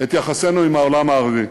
את יחסינו עם העולם הערבי,